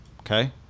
Okay